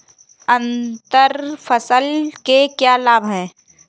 अंतर फसल के क्या लाभ हैं?